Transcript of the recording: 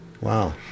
Wow